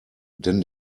denn